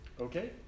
okay